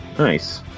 Nice